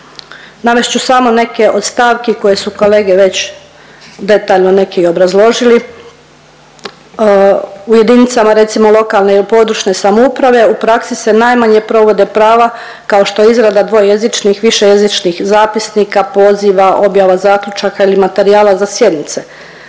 Navest ću samo neke od stavki koje su kolege već detaljno neki i obrazložili u jedinicama recimo lokalne i područne samouprave u praski se najmanje provode prava kao što je izrada dvojezičnih, višejezičnih zapisnika, poziva, objava zaključaka ili materijala za sjednice,